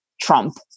Trump